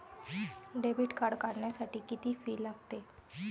Debit card काढण्यासाठी किती fee लागते?